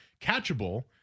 catchable